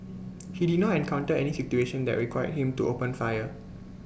he did not encounter any situation that required him to open fire